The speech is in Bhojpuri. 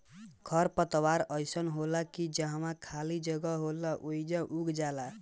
खर पतवार अइसन होला की जहवा खाली जगह होला ओइजा उग जाला